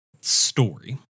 story